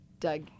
Doug